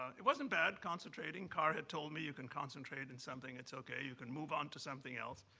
it wasn't bad, concentrating. carr had told me you can concentrate in something, it's okay. you can move on to something else.